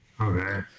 Okay